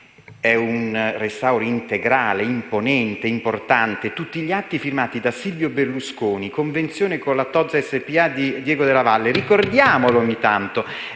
È un restauro integrale, imponente, importante; tutti gli atti sono firmati da Silvio Berlusconi; fu fatta una convenzione con la Tod's SpA di Diego Della Valle. Ricordiamolo ogni tanto.